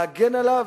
להגן עליו?